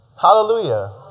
Hallelujah